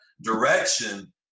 direction